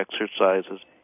exercises